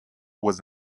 was